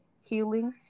healing